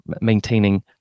maintaining